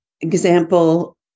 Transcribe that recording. example